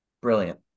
Brilliant